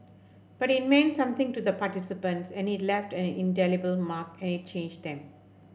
but it meant something to the participants and it left an indelible mark and it changed them